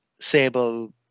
Sable